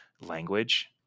language